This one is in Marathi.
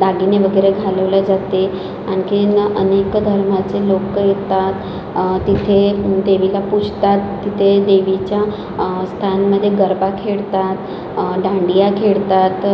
दागिने वगैरे घालवले जाते आणखीन अनेक धर्माचे लोकं येतात तिथे देवीला पूजतात तिथे देवीच्या स्थानामध्ये गरबा खेळतात दांडिया खेळतात